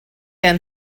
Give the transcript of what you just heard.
and